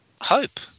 hope